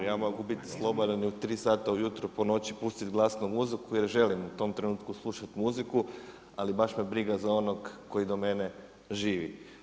Ja mogu biti slobodan i u tri sata po noći pustit glasno muziku jer želim u tom trenutku slušat muziku, ali baš me briga za onog koji do mene živi.